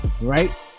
Right